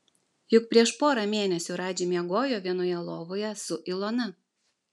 juk prieš porą mėnesių radži miegojo vienoje lovoje su ilona